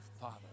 father